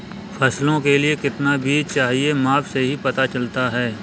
फसलों के लिए कितना बीज चाहिए माप से ही पता चलता है